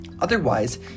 Otherwise